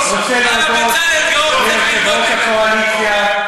אני רוצה להודות ליושב-ראש הקואליציה,